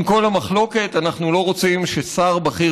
עם כל המחלוקת אנחנו לא רוצים ששר בכיר